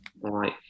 Right